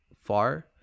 Far